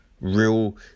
real